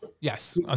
yes